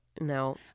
No